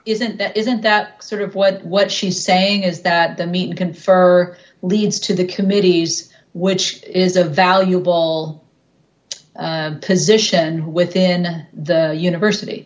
isn't isn't that sort of what what she's saying is that the meek confer leads to the committees which is a valuable position within the university